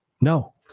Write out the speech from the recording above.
No